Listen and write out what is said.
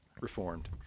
reformed